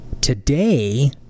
Today